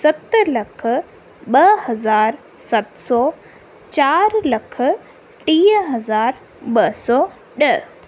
सत लख ॿ हज़ार सत सौ चारि लख टीह हजार ॿ सौ ॾह